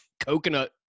Coconut